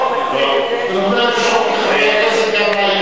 שהממשלה תמסד את זה.